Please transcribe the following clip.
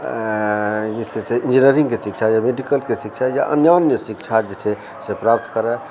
जे छै से इंजिनियरिंगके शिक्षा या मेडिकलके शिक्षा या अन्यन्य शिक्षा जे छै से प्राप्त करय